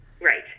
Right